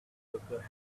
helper